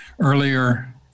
Earlier